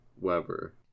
Weber